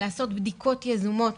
לעשות בדיקות יזומות